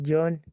John